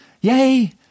Yay